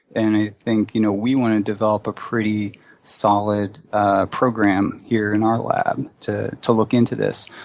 and i think you know we want to develop a pretty solid ah program here in our lab to to look into this.